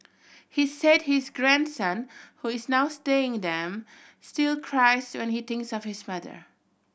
he said his grandson who is now staying them still cries when he thinks of his mother